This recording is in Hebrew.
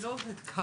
זה לא עובד ככה.